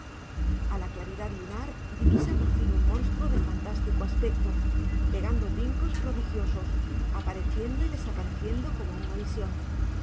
a la claridad lunar divisa por fin un monstruo de fantástico aspecto pegando brincos prodigiosos apareciendo y desapareciendo como una visión